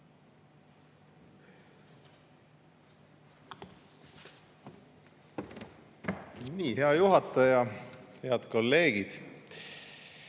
Hea juhataja! Head kolleegid!